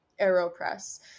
AeroPress